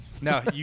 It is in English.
no